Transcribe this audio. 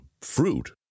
fruit